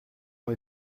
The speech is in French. ont